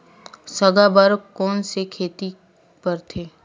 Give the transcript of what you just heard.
साग बर कोन से खेती परथे?